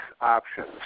options